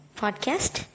podcast